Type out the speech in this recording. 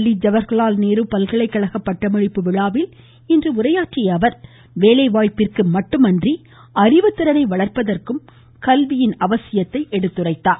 தில்லி ஜவஹர்லால் நேரு பல்கலைக்கழக பட்டமளிப்பு விழாவில் இன்று பேசியஅவர் வேலைவாய்ப்புக்கு மட்டுமின்றி அறிவுத்திறனை வளர்ப்பதற்கும் கல்வியின் அவசியத்தை எடுத்துரைத்தார்